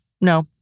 No